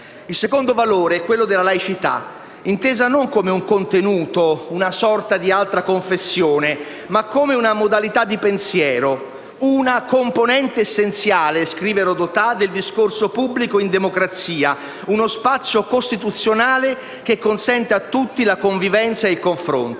Il secondo valore è quello della laicità, intesa non come un contenuto, una sorta di altra confessione, ma come una modalità di pensiero, una componente essenziale - scrive Rodotà - del discorso pubblico in democrazia, uno spazio costituzionale che consente a tutti la convivenza e il confronto.